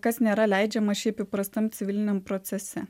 kas nėra leidžiama šiaip įprastam civiliniame procese